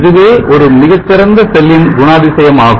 இதுவே ஒரு மிக சிறந்த செல்லின் குணாதிசயம் ஆகும்